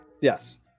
Yes